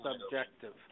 subjective